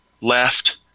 left